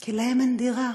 כי להם אין דירה,